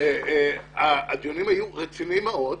הדיונים היו רציניים מאוד,